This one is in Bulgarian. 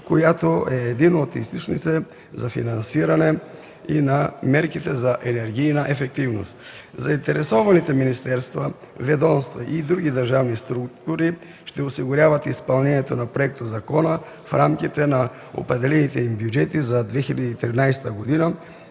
която е един от източниците за финансиране и на мерките за енергийна ефективност. Заинтересованите министерства, ведомства и други държавни структури ще осигуряват изпълнението на проектозакона в рамките на определените им бюджети за 2013 г. и